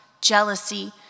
jealousy